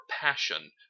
passion